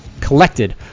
collected